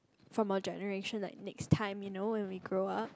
from our generation like next time you know when we grow up